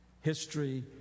history